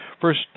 First